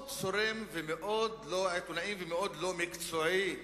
מאוד צורם ומאוד לא עיתונאי ומאוד לא מקצועי.